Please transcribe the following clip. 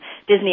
Disney